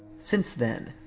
since then,